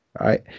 right